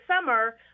summer